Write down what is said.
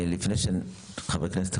לפני שנשמע את חברי הכנסת,